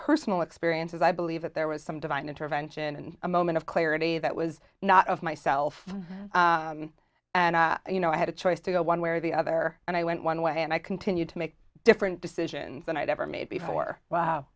personal experiences i believe that there was some divine intervention and a moment of clarity that was not of myself and you know i had a choice to go one way or the other and i went one way and i continued to make different decisions than i'd ever made before wow